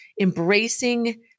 embracing